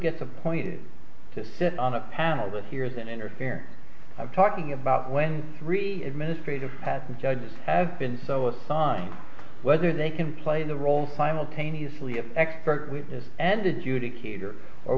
gets appointed to sit on a panel that hears and interfere i'm talking about when three administrative patent judges have been so assigned whether they can play the role simultaneously of expert witness and adjudicator or